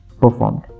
performed